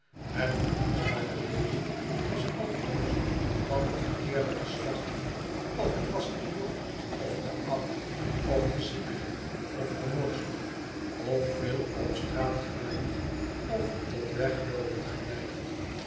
het verkiesbare weesje was altoos van het verkeerde geslacht of het was te jong ofte oud of te ziekelijk ofte morsig of veel op straat gewend of tot wegloopen geneigd